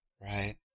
Right